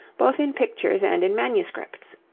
both in pictures and in manuscripts.